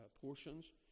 portions